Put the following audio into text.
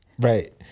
Right